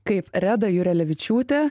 kaip reda jurelevičiūtė